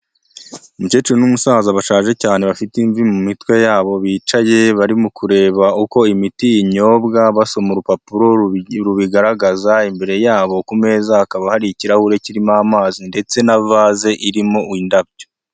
Umukecuru n'umusaza bashaje cyane bafite imvi mu mitwe yabo, bicaye barimo kureba uko imiti inyobwa basoma urupapuro rubigaragaza, imbere yabo ku meza hakaba hari ikirahure kirimo amazi ndetse na vaze irimo indabyo.